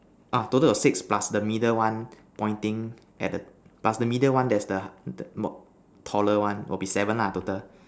orh total got six plus the middle one pointing at the plus the middle one there's the the taller one will be seven lah total